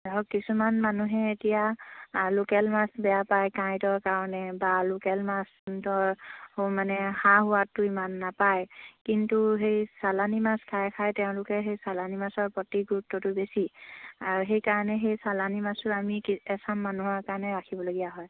ধৰক কিছুমান মানুহে এতিয়া লোকেল মাছ বেয়া পায় কাঁইটৰ কাৰণে বা লোকেল মাছ ধৰ মানে সা সোৱাদটো ইমান নাপায় কিন্তু সেই চালানী মাছ খাই খাই তেওঁলোকে সেই চালানী মাছৰ প্ৰতি গুৰুত্বটো বেছি আৰু সেইকাৰণে সেই চালানী মাছো আমি কি এচাম মানুহৰ কাৰণে ৰাখিবলগীয়া হয়